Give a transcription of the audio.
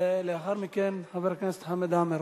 ולאחר מכן, חבר הכנסת חמד עמאר.